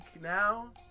Now